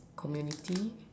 community